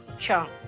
chunk.